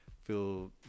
feel